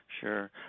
Sure